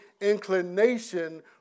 inclination